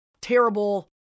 terrible